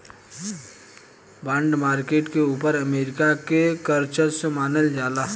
bond market के ऊपर America के वर्चस्व मानल जाला